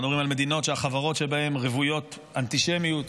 אנחנו מדברים על מדינות שהחברות בהן רוויות אנטישמיות